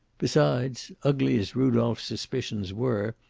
besides, ugly as rudolph's suspicions were,